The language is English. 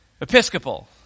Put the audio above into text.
Episcopal